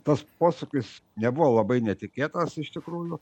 tas posūkis nebuvo labai netikėtas iš tikrųjų